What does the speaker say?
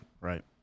right